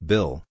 Bill